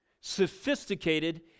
sophisticated